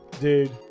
dude